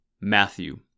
Matthew